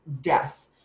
death